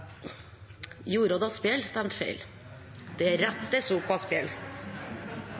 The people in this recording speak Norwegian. Jeg stemte feil. Det